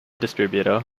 distributor